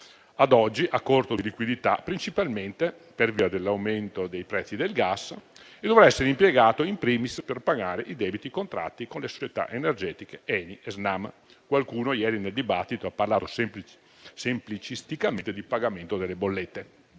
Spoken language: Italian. a oggi a corto di liquidità principalmente per via dell'aumento dei prezzi del gas, e dovrà essere impiegato *in primis* per pagare i debiti contratti con le società energetiche ENI e Snam. Qualcuno ieri nel dibattito ha parlato semplicisticamente di pagamento delle bollette.